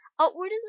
outwardly